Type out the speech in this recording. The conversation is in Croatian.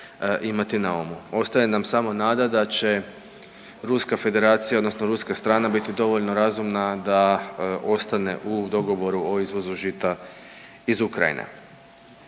imati na umu. Ostaje nam samo nada da će Ruska Federacija odnosno ruska strana biti dovoljno razumna da ostane u dogovoru o izvozu žita iz Ukrajine.